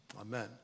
Amen